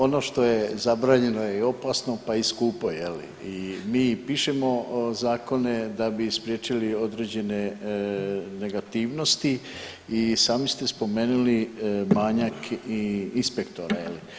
Ono što je zabranjeno i opasno pa i skupo je li, mi i pišemo zakone da bi spriječili određene negativnosti i sami ste spomenuli manjak inspektora.